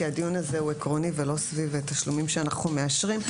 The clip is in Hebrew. כי הדיון הזה הוא עקרוני ולא סביב תשלומים שאנחנו מאשרים.